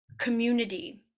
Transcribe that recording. community